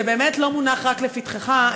זה באמת לא מונח רק לפתחך,